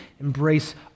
embrace